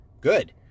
good